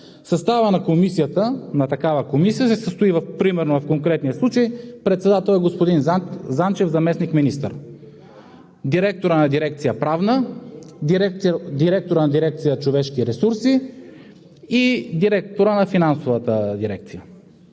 съставът на такава комисия се състои, примерно в конкретния случай председател е господин Занчев – заместник-министър, директорът на дирекция „Правна“, директорът на дирекция „Човешки ресурси“ и директорът на Финансовата дирекция.